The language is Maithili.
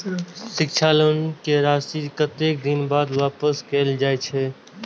शिक्षा लोन के राशी कतेक दिन बाद वापस कायल जाय छै?